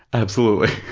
absolutely.